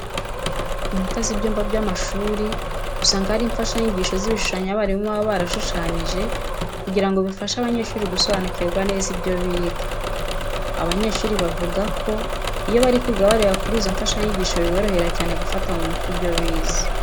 Ku nkuta z'ibyumba by'amashuri usanga haba hari imfashanyigisho z'ibishushanyo abarimu baba barashushanyije kugira ngo bifashe abanyeshuri gusobanukirwa neza ibyo biga. Abanyeshuri bavuga ko iyo bari kwiga barebera kuri izo mfashanyigisho biborohera cyane gufata mu mutwe ibyo bize.